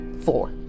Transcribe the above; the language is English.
Four